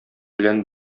белән